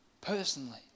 personally